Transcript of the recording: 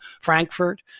Frankfurt